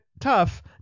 tough